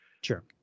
sure